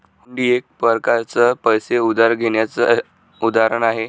हुंडी एक प्रकारच पैसे उधार घेण्याचं उदाहरण आहे